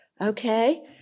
Okay